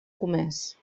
comés